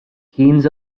keynes